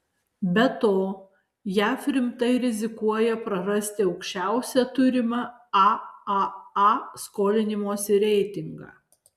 be to jav rimtai rizikuoja prarasti aukščiausią turimą aaa skolinimosi reitingą